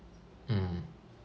mm